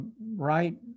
right